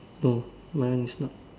no my one is not